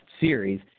series